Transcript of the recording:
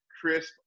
crisp